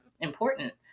important